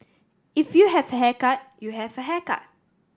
if you have a haircut you have a haircut